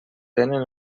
tenen